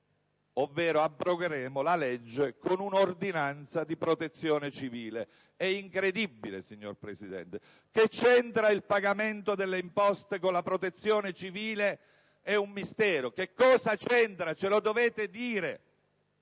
ovvero abrogheremo la legge con un'ordinanza di protezione civile. È incredibile, signor Presidente. Che c'entra il pagamento delle imposte con la Protezione civile? È un mistero: che cosa c'entra? Ce lo dovete dire.